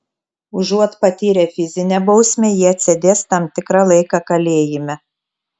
užuot patyrę fizinę bausmę jie atsėdės tam tikrą laiką kalėjime